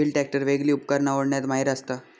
wheel tractor वेगली उपकरणा ओढण्यात माहिर असता